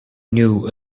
knew